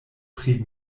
pri